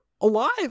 alive